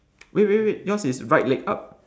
wait wait wait yours is right leg up